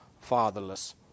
fatherless